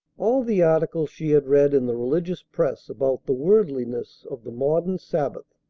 all the articles she had read in the religious press about the worldliness of the modern sabbath,